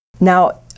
Now